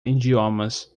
idiomas